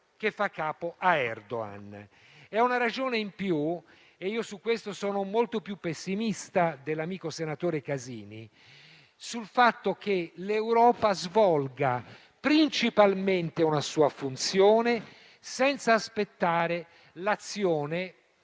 che fa capo a Erdogan. È un elemento in più. Su questo, io sono molto più pessimista dell'amico senatore Casini sul fatto che l'Europa svolga principalmente una sua funzione senza aspettare l'azione degli